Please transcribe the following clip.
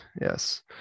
yes